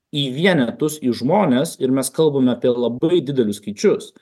į vienetus į žmones ir mes kalbame apie labai didelius skaičius